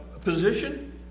position